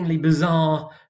bizarre